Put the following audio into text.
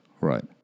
Right